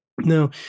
Now